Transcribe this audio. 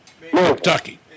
Kentucky